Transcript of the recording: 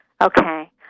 Okay